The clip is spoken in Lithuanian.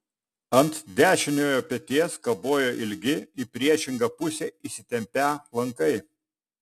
ant dešiniojo peties kabojo ilgi į priešingą pusę įsitempią lankai